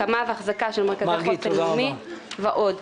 הקמה והחזקה של מרכזי חוסן לאומי ועוד.